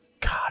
God